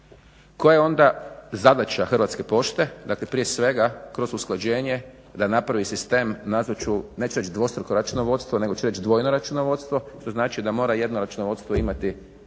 Koja je onda zadaća Hrvatske Pošte, dakle prije svega kroz usklađenje da napravi sistem nazvat ću neću reć dvostruko računovodstvo nego ću reć dvojno računovodstvo što znači da mora jedno računovodstvo imati